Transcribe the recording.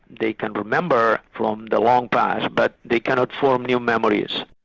they can remember from the long times but they cannot form new memories.